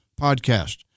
podcast